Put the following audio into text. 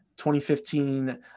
2015